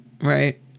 Right